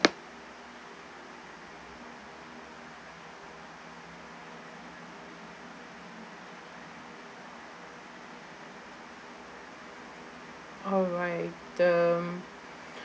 alright the